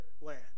land